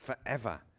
forever